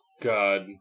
God